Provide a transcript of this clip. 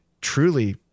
truly